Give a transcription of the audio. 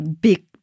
big